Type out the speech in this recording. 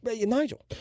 Nigel